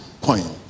point